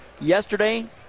Yesterday